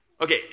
Okay